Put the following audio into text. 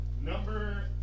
Number